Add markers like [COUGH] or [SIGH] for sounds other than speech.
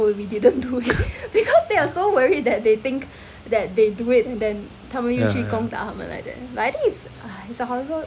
[LAUGHS] ya ya